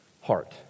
heart